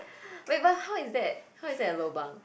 wait but how is that how is that a lobang